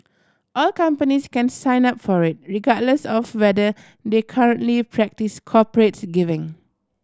all companies can sign up for it regardless of whether they currently practise corporates giving